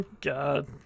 god